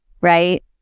right